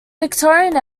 victorian